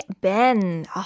Ben